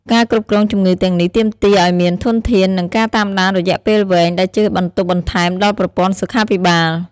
ការគ្រប់គ្រងជំងឺទាំងនេះទាមទារអោយមានធនធាន និងការតាមដានរយៈពេលវែង ដែលជាបន្ទុកបន្ថែមដល់ប្រព័ន្ធសុខាភិបាល។